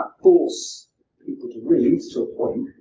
ah force people to read, to a point,